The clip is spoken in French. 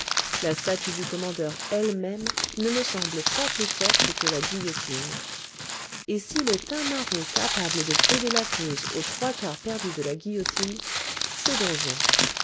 la statue du commandeur elle-même ne me semble pas plus forte que la guillotine et s'il est un maraud capable de plaider la cause aux trois quarts perdue de la guillotine c'est don juan